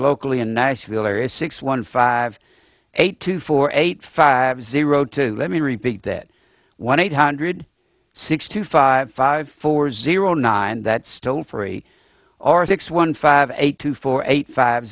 locally in niceville or is six one five eight two four eight five zero two let me repeat that one eight hundred six two five five four zero nine that still free or six one five eight two four eight five